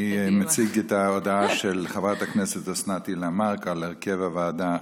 אני מציג את ההודעה של חברת הכנסת אוסנת הילה מארק על הרכב הוועדה